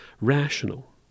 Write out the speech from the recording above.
rational